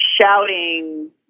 shouting